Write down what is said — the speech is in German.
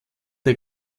der